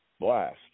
blast